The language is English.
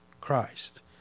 Christ